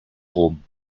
rom